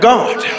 God